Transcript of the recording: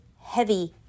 heavy